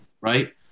right